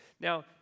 Now